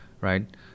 right